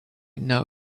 know